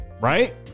Right